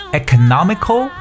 economical